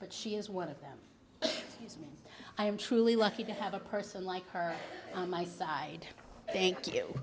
but she is one of his men i am truly lucky to have a person like her on my side thank you